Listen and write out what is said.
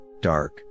dark